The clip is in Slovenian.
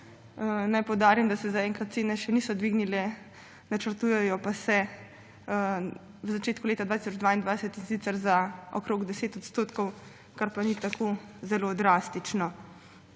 Naj poudarim, da se zaenkrat cene še niso dvignile, načrtujejo pa se v začetku leta 2022, in sicer za okoli 10 %, kar pa ni tako zelo drastično.